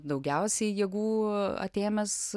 daugiausiai jėgų atėmęs